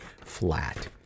flat